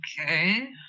Okay